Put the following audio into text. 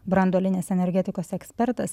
branduolinės energetikos ekspertas